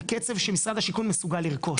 בקצב שמשרד השיכון מסוגל לרכוש.